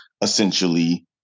essentially